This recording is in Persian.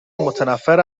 متنفّر